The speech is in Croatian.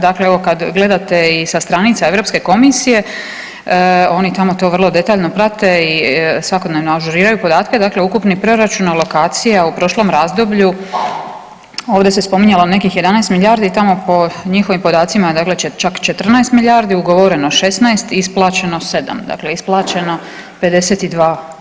Dakle, evo kad gledate i sa stranica Europske komisije, oni tamo to vrlo detaljno prate i svakodnevno ažuriraju podatke, dakle ukupni proračun alokacija u prošlom razdoblju, ovdje se spominjalo nekih 11 milijardi tamo po njihovim podacima, dakle čak 14 milijardi, ugovoreno 16, isplaćeno 7, dakle isplaćeno 52%